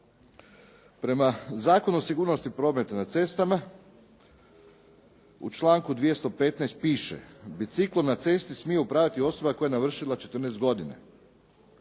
Prema Zakonu o sigurnosti prometa na cestama u članku 215. piše: "Biciklom na cesti smije upravljati osoba koja je navršila 14 godina.